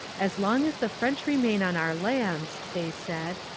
as long as the french remain on our lands they said,